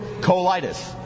colitis